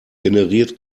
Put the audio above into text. generiert